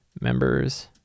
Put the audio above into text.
members